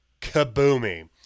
kaboomy